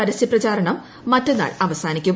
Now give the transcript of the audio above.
പരസ്യപ്രചാർണ്ട് മറ്റെന്നാൾ അവസാനിക്കും